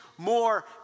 More